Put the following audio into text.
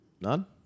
none